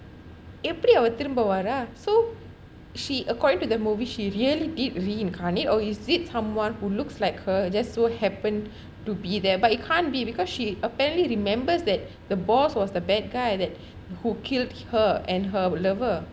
எப்படி அவ திரும்ப வரா:eppati ava tirumpa vara so she according to the movie she really did reincarnate or is it someone who looks like her just so happen to be there but you can't be because she apparently remembers that the boss was the bad guy that who killed her and her lover